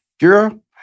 girl